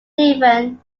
devon